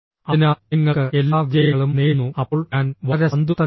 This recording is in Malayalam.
അതിനാൽ നിങ്ങൾക്ക് എല്ലാ വിജയങ്ങളും നേരുന്നു അപ്പോൾ ഞാൻ വളരെ സന്തുഷ്ടനാണ്